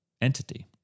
entity